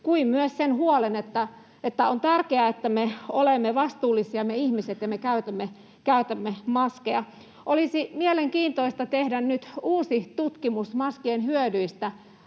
kuin myös sen huolen, että on tärkeää, että me ihmiset olemme vastuullisia ja me käytämme maskeja. Olisi mielenkiintoista tehdä nyt uusi tutkimus maskien hyödyistä.